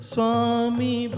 Swami